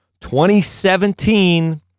2017